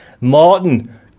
Martin